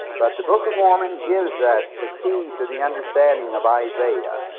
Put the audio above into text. but the book of mormon gives us the key to the understanding of isaiah.